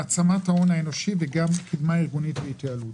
העצמת ההון האנושי וקדמה ארגונית והתייעלות.